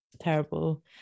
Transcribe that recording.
terrible